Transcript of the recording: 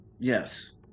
Yes